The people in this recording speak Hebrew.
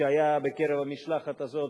שהיה בקרב המשלחת הזאת,